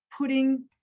putting